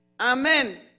amen